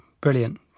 Brilliant